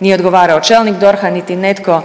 nije odgovarao čelnik DORH-a niti netko